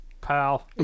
pal